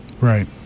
Right